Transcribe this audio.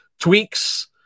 tweaks